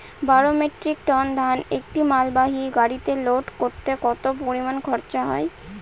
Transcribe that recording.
বারো metric ton ধান একটি মালবাহী গাড়িতে লোড করতে কতো পরিমাণ খরচা হয়?